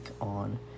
on